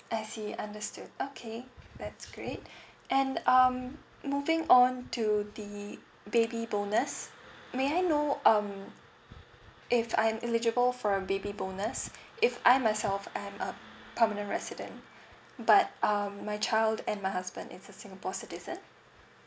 I see understand okay that's great and um moving on to the baby bonus may I know um if I'm eligible for a baby bonus if I myself I'm a permanent resident but um my child and my husband is a singapore citizen